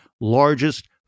largest